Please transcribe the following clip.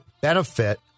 benefit